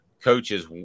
coaches